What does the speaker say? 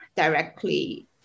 directly